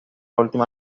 última